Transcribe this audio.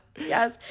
Yes